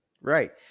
right